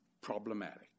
problematic